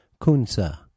Kunsa